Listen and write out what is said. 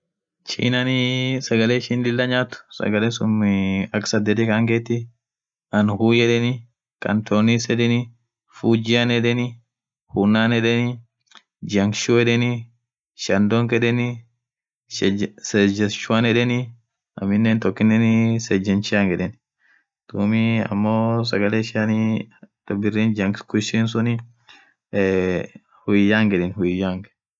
Chinanin sagale ishin lila nyathu sagale suuni akaa sadhethi Khan hingethi unn huu yedheni tan tonnis yedheni fujiani yedheni bunan yedheni jang shuu yedheni shan dog yedheni segg shwani yedheni aminen tokinen serge chang dhub ammo sagale ishian thaa birrinii jang kwisha suuni eee hu young yedheni huu young